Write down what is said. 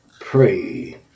pray